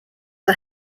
are